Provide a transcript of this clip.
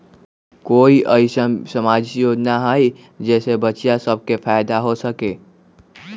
कोई अईसन सामाजिक योजना हई जे से बच्चियां सब के फायदा हो सके?